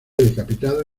decapitado